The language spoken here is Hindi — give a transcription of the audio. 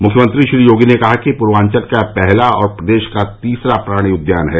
मुख्यमंत्री श्री योगी ने कहा कि पूर्वांचल का पहला और प्रदेश का तीसरा प्राणि उद्यान है